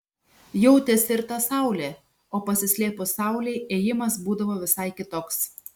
jautėsi ir ta saulė o pasislėpus saulei ėjimas būdavo visai kitoks